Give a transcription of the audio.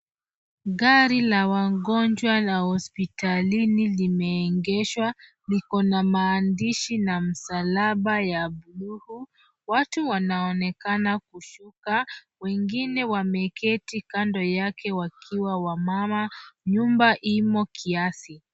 Gari la wagonjwa la hospitalini limeegeshwa ,liko na maandishi na msalaba ya bluu. Watu wanaonekana kushuka. Wengine wameketi kando yake wakiwa wamama. Nyumba imo kiasi.